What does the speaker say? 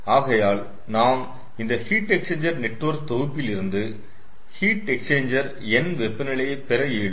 ஆகையால் நாம் இந்த ஹீட் எக்ஸ்சேஞ்சர் நெட்வொர்க் தொகுப்பிலிருந்து ஹீட் எக்ஸ்சேஞ்சர் n வெப்பநிலையை பெற இயலும்